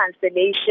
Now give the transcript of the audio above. cancellation